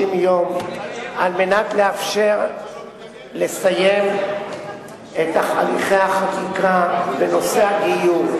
יום על מנת לאפשר לסיים את הליכי החקיקה בנושא הגיור.